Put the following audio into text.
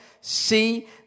see